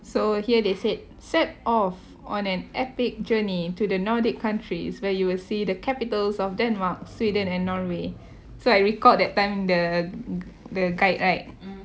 so here they said set off on an epic journey to the nordic countries where you will see the capitals of denmark sweden and norway so I recall that time the the guide right